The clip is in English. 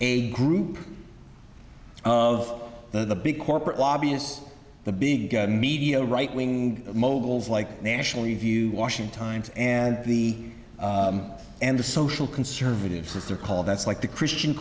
a group of the big corporate lobbyists the big media right wing mobiles like national review washing times and the and the social conservatives as they're called that's like the christian